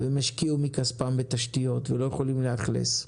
הם השקיעו מכספם בתשתיות ולא יכולים לאכלס.